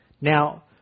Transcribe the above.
Now